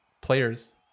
players